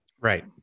Right